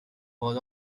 was